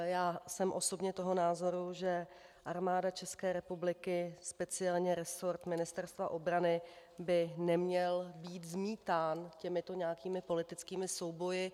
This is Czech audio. Já jsem osobně toho názoru, že Armáda České republiky a speciálně resort Ministerstva obrany by neměl být zmítán těmito nějakými politickými souboji.